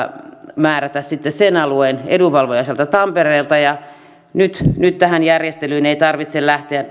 määrätä sitten sen alueen edunvalvoja sieltä tampereelta nyt nyt tähän järjestelyyn ei tarvitse lähteä